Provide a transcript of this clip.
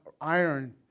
iron